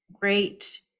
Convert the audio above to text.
great